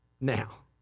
Now